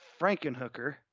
Frankenhooker